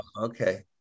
Okay